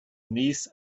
knees